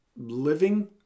living